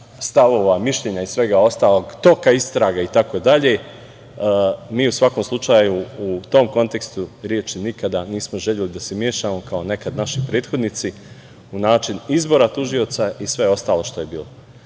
stavova, mišljenja i svega ostalog, toka istrage itd. Mi u svakom slučaju, u tom kontekstu reči, nikada nismo želeli da se mešamo, kao nekad naši prethodnici, u način izbora tužioca i sve ostalo što je bilo. Mi